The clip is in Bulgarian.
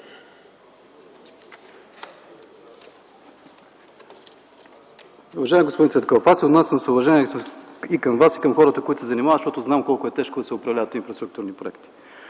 Уважаеми господин Цветков, аз се отнасям с уважение и към Вас, и към хората, които се занимават, защото знам колко е тежко да се управляват инфраструктурни проекти.